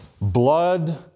Blood